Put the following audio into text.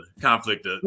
conflict